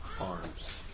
arms